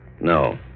No